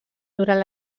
durant